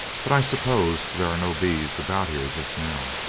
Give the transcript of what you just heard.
but i suppose there are no bees about here just now?